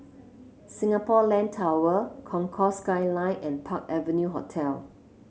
Singapore Land Tower Concourse Skyline and Park Avenue Hotel